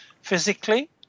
physically